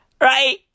Right